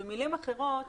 במילים אחרות: